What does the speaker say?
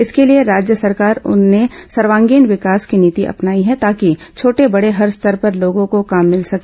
इसके लिए राज्य सरकार ने सर्वांगीण विकास की नीति अपनाई है ताकि छोटे बडे हर स्तर पर लोगों को काम भिल सके